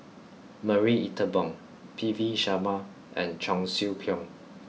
Marie Ethel Bong P V Sharma and Cheong Siew Keong